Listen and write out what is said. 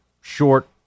short